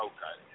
Okay